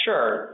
Sure